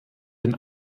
den